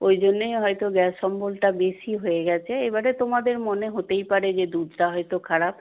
ওই জন্যেই হয়তো গ্যাস অম্বলটা বেশি হয়ে গেছে এবারে তোমাদের মনে হতেই পারে যে দুধটা হয়তো খারাপ